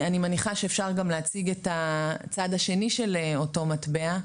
אני מניחה שאפשר גם להציג את הצד השני של אותו מטבע,